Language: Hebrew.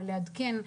לעדכן,